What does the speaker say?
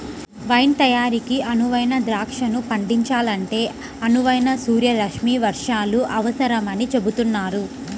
wine తయారీకి అనువైన ద్రాక్షను పండించాలంటే అనువైన సూర్యరశ్మి వర్షాలు అవసరమని చెబుతున్నారు